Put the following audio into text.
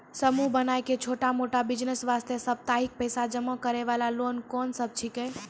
समूह बनाय के छोटा मोटा बिज़नेस वास्ते साप्ताहिक पैसा जमा करे वाला लोन कोंन सब छीके?